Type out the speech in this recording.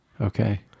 okay